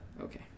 Okay